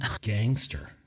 gangster